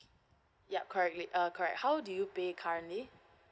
yup correct late uh correct how do you pay currently